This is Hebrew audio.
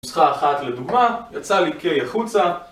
נוסחה אחת לדוגמה, יצא לי K החוצה